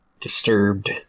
disturbed